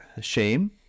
shame